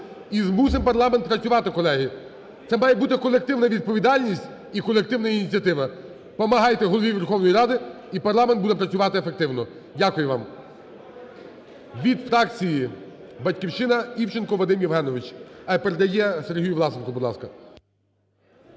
і змусимо парламент працювати, колеги. Це має бути колективна відповідальність і колективна ініціатива. Помагайте Голові Верховної Ради, і парламент буде працювати ефективно. Дякую вам. Від фракції "Батьківщина" Івченко Вадим Євгенович. Передає Сергію Власенку. Будь ласка.